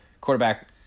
quarterback